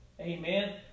Amen